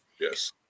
Yes